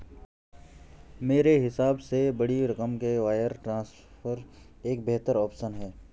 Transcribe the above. मेरे हिसाब से बड़ी रकम के लिए वायर ट्रांसफर एक बेहतर ऑप्शन है